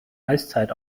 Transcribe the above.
eiszeit